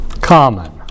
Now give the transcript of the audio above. Common